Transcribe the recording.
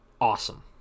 awesome